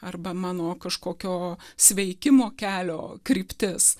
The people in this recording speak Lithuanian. arba mano kažkokio sveikimo kelio kryptis